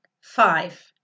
Five